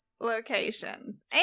locations